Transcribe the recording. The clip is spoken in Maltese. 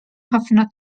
ħafna